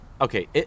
Okay